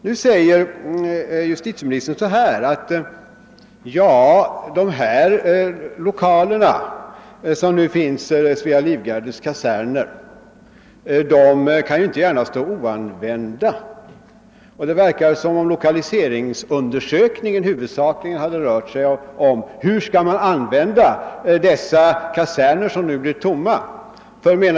Nu säger justitieministern att de lokaler som finns i Svea livgardes kaserner inte gärna kan stå oanvända. Det verkar som om lokaliseringsundersökningen huvudsakligen hade rört sig om hur man skall använda de kaserner som nu blir tomma.